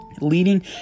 leading